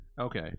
Okay